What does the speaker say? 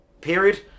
period